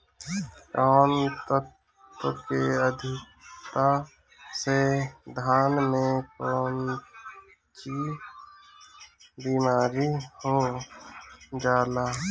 कौन तत्व के अधिकता से धान में कोनची बीमारी हो जाला?